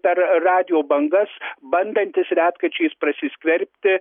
per radijo bangas bandantis retkarčiais prasiskverbti